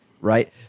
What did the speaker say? right